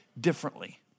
differently